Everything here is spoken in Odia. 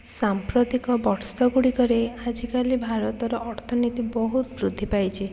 ସାମ୍ପ୍ରତିକ ବର୍ଷ ଗୁଡ଼ିକରେ ଆଜିକାଲି ଭାରତର ଅର୍ଥନୀତି ବହୁତ ବୃଦ୍ଧି ପାଇଛି